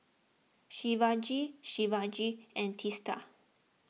Shivaji Shivaji and Teesta